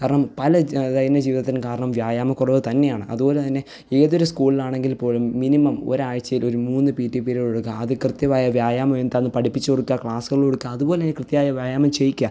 കാരണം പല ജ ദൈനം ദിന ജീവിതത്തിനും കാരണം വ്യായാമ കുറവ് തന്നെയാണ് അതുപോലെതന്നെ ഏതൊരു സ്കൂളിലാണെങ്കില് പോലും മിനിമം ഒരാഴ്ച്ചയില് ഒരു മൂന്ന് പി റ്റി പിരീഡ് കൊടുക്കുക അത് കൃത്യവായ വ്യായാമം എന്താന്ന് പഠിപ്പിച്ച് കൊടുക്കുക ക്ലാസ്സുകള് കൊടുക്കുക അതുപോലെ തന്നെ കൃത്യായ വ്യായാമം ചെയ്യിക്കുക